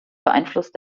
beeinflusst